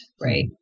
right